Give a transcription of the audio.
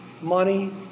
money